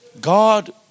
God